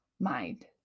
mind